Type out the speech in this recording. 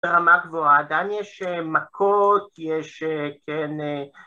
ברמה גבוהה, עדיין יש מכות, יש כן